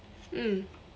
mm